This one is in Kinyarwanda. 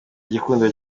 igikundiro